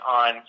on